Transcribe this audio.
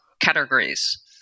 categories